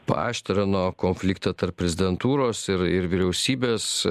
paaštrino konfliktą tarp prezidentūros ir ir vyriausybės